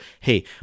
hey